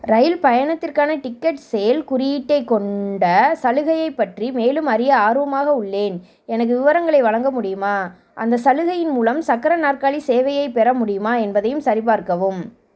இரயில் பயணத்திற்கான ticket sale குறியீட்டைக் கொண்ட சலுகையைப் பற்றி மேலும் அறிய ஆர்வமாக உள்ளேன் எனக்கு விவரங்களை வழங்க முடியுமா அந்தச் சலுகையின் மூலம் சக்கர நாற்காலி சேவையைப் பெற முடியுமா என்பதையும் சரிபார்க்கவும்